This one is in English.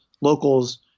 locals